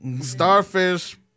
Starfish